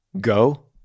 Go